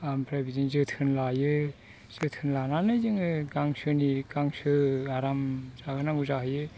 आमफ्राय बिदिनो जोथोन लायो जोथोन लानानै जोङो गांसोनि गांसो आराम जाहोनांगौ जाहैयो